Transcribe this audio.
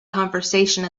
conversation